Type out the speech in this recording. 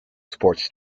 sports